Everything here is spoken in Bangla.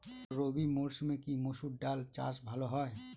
রবি মরসুমে কি মসুর ডাল চাষ ভালো হয়?